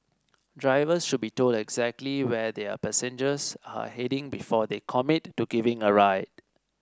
drivers should be told exactly where their passengers are heading before they commit to giving a ride